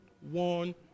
one